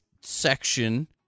section